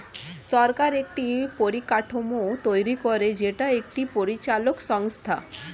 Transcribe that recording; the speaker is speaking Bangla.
সরকার একটি পরিকাঠামো তৈরী করে যেটা একটি পরিচালক সংস্থা